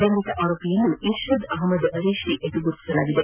ಬಂಧಿತ ಆರೋಪಿಯನ್ನು ಇರ್ಷದ್ ಅಹಮ್ದ್ ರೆಷಿ ಎಂದು ಗುರುತಿಸಲಾಗಿದೆ